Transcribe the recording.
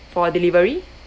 for delivery